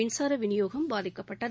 மின்சார விநியோகம் பாதிக்கப்பட்டது